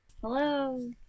Hello